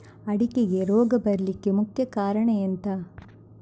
ಅಡಿಕೆಗೆ ರೋಗ ಬರ್ಲಿಕ್ಕೆ ಮುಖ್ಯ ಕಾರಣ ಎಂಥ?